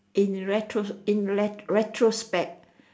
in retro~ in retro~ retrospect